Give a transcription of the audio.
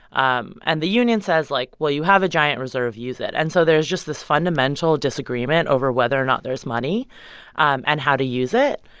um and the union says, like, well, you have a giant reserve. use it. and so there is just this fundamental disagreement over whether or not there is money and how to use it.